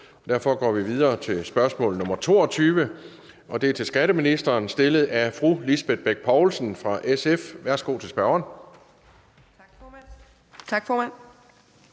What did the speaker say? Derfor går vi videre til spørgsmålet opført som nr. 22, og det er til skatteministeren stillet af fru Lisbeth Bech Poulsen fra SF. Kl. 17:25 Spm. nr.